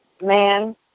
man